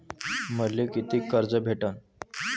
मले कितीक कर्ज भेटन?